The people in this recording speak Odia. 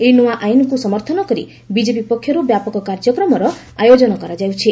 ଏହି ନ୍ତଆ ଆଇନକୁ ସମର୍ଥନ କରି ବିକେପି ପକ୍ଷରୁ ବ୍ୟାପକ କାର୍ଯ୍ୟକ୍ରମର ଆୟୋଜନ କରାଯାଇଛି